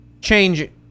change